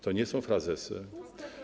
To nie są frazesy.